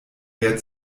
mehr